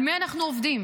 על מי אנחנו עובדים?